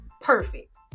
perfect